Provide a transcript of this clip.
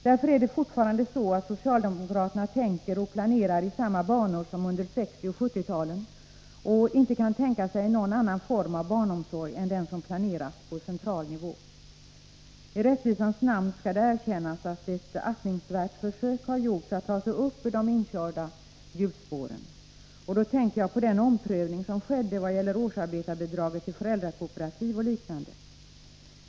Därför tänker och planerar socialdemokraterna fortfarande i samma banor som under 1960 och 1970-talen och kan inte tänka sig någon annan form av barnomsorg än den som planeras på central nivå. I rättvisans namn skall det erkännas att ett aktningsvärt försök har gjorts att ta sig upp ur de inkörda hjulspåren. Då tänker jag på den omprövning som skedde, i vad gäller årsarbetarbidraget till föräldrakooperativ och liknande.